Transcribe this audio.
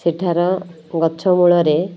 ସେଠାର ଗଛମୂଳରେ